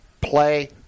play